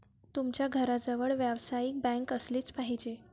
तुमच्या घराजवळ व्यावसायिक बँक असलीच पाहिजे